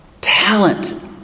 talent